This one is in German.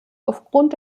aufgrund